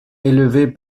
élevé